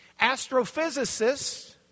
astrophysicists